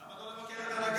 למה לא לבקר את הנגד?